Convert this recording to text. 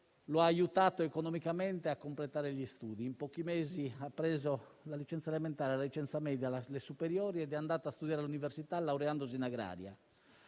lo ha aiutato economicamente a completare gli studi. In pochi mesi ha preso la licenza elementare, la licenza media, quella superiore ed è andato a studiare all'università laureandosi in agraria.